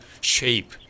shape